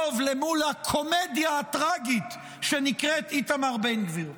מול הקומדיה הטרגית שנקראת איתמר בן גביר,